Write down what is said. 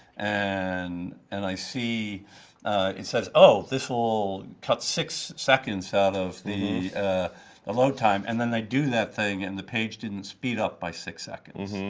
and and i see it says, oh, this will cut six seconds out of the ah ah load time. and then they do that thing and the page didn't speed up by six seconds.